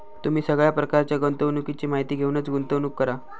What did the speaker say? तुम्ही सगळ्या प्रकारच्या गुंतवणुकीची माहिती घेऊनच गुंतवणूक करा